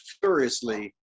furiously